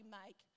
make